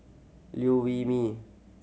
Liew Wee Mee